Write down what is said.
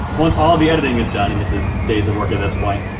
once all the editing is done, and this is days of work at this point,